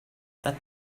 that